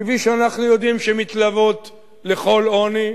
כפי שאנחנו יודעים על כל עוני,